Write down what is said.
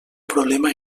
problema